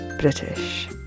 British